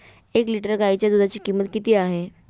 एक लिटर गाईच्या दुधाची किंमत किती आहे?